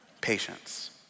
Patience